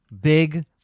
big